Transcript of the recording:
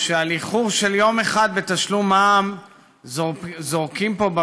שעל איחור של יום אחד בתשלום מע"מ זורקים פה,